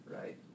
Right